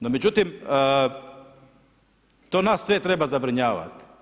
No, međutim, to nas sve treba zabrinjavati.